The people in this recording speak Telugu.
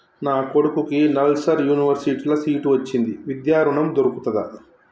నా కొడుకుకి నల్సార్ యూనివర్సిటీ ల సీట్ వచ్చింది విద్య ఋణం దొర్కుతదా?